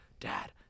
dad